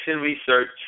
Research